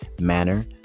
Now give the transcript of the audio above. manner